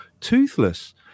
toothless